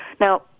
Now